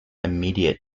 immediate